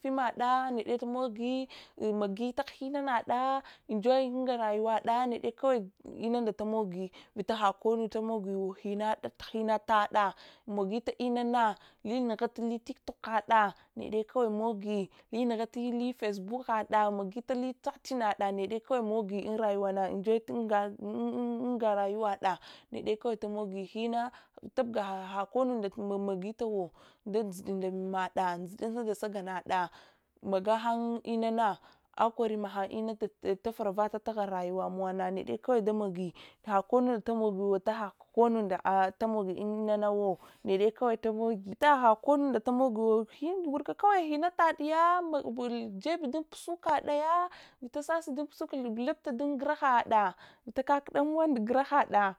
film mada nedelimogi magi taghe inanada enjoy unga rayuwada nede kawal inunda timogi vita hakonu tumogiwa hinatade mogita inanalinughatuli tiktokada neded kawai mogi linughili facebook kada magitali tughchingda niche kawai mogi unraywada enjoytu ungu rayuwada nede kawai tumogi henna tubgaha konnu magitawo nda njidde ndamado njdata nda sagangada magahan inana akwari mahan intafaravata tahun rayuwanmowana nede kawai damogi hakonuwunda tamogiwo vitaha konuw tamogi manawo nede kawai tamogi warka kawai hinata diya jeh dunpuslika diya vitasasi dunpusukle lupta dun gurahada vitakakudamowali gurahada.